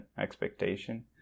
expectation